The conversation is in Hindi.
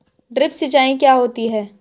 ड्रिप सिंचाई क्या होती हैं?